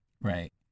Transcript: Right